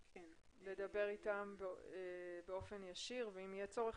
לדבר אתם באופן ישיר ואם יהיה צורך,